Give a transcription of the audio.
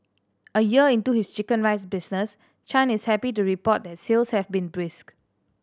a year into his chicken rice business Chan is happy to report that sales have been brisk